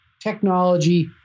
technology